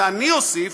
ואני אוסיף,